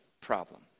problem